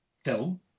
film